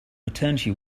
maternity